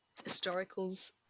historicals